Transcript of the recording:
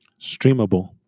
Streamable